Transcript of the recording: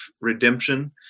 redemption